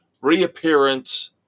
reappearance